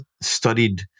studied